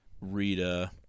Rita